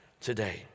today